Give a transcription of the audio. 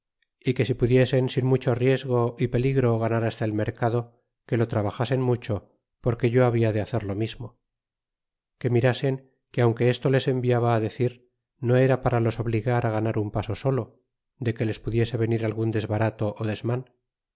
y que si pudiesen sin mucho riesgo y pel gro ganar hasta el mercado que lo trabajasen mucho porque yo habla de hacer lo mismo que mirasen que aunque esto les enviaba decir no era para los obligar ganar un paso solo de que les pudiese venir algun desbarato desman